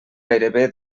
gairebé